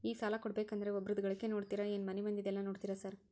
ಈ ಸಾಲ ಕೊಡ್ಬೇಕಂದ್ರೆ ಒಬ್ರದ ಗಳಿಕೆ ನೋಡ್ತೇರಾ ಏನ್ ಮನೆ ಮಂದಿದೆಲ್ಲ ನೋಡ್ತೇರಾ ಸಾರ್?